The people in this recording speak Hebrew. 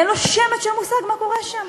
אין לנו שמץ של מושג מה קורה שם.